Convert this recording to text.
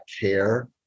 care